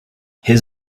his